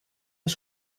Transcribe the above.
las